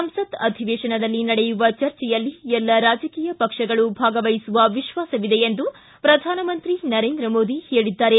ಸಂಸತ್ ಅಧಿವೇಶನದಲ್ಲಿ ನಡೆಯುವ ಚರ್ಚೆಯಲ್ಲಿ ಎಲ್ಲ ರಾಜಕೀಯ ಪಕ್ಷಗಳು ಭಾಗವಹಿಸುವ ವಿಶ್ವಾಸವಿದೆ ಎಂದು ಪ್ರಧಾನಮಂತ್ರಿ ನರೇಂದ್ರ ಮೋದಿ ಹೇಳಿದ್ದಾರೆ